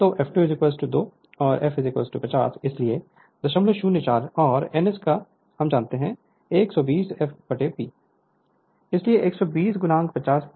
तो f2 2 और f 50 इसलिए 004 और n S को हम जानते हैं 120 f P इसलिए 120 506 जोकि 1000 rpm होगा